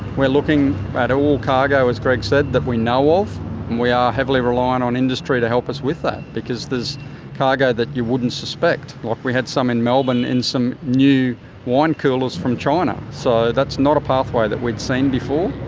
we're looking at ah all cargo, as greg said, that we know of, and we are heavily reliant on industry to help us with that because there's cargo that you wouldn't suspect. like we had some in melbourne in some new wine coolers from china. so that's not a pathway that we'd seen before.